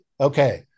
Okay